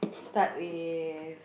start with